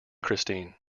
christine